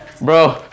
bro